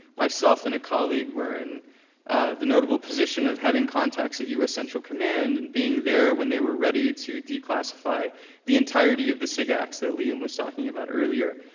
myself and a colleague were and in the notable position of having contacts at u s. central command, and being there when they were ready to declassify the entirety of the sigacts that liam was talking about earlier,